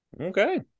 Okay